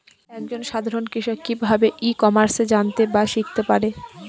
এক জন সাধারন কৃষক কি ভাবে ই কমার্সে জানতে বা শিক্ষতে পারে?